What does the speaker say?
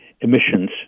emissions